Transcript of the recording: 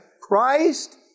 Christ